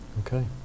Okay